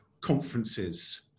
conferences